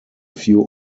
few